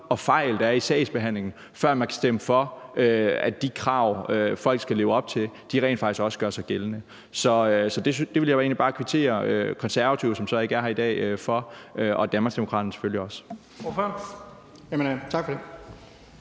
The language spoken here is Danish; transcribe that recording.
og fejl, der er i sagsbehandlingen, før man kan stemme for, og før de krav, folk skal leve op til, rent faktisk også gør sig gældende. Det vil jeg egentlig bare kvittere Konservative, som så ikke er her i dag, og selvfølgelig også